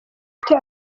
ute